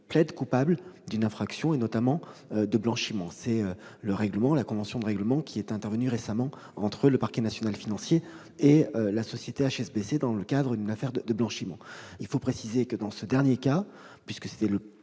plaide coupable d'une infraction, notamment de blanchiment. Une telle convention de règlement est intervenue récemment entre le Parquet national financier et la société HSBC dans le cadre d'une affaire de blanchiment. Il faut préciser que, dans ce dernier cas- il s'agissait de